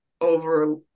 over